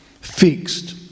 fixed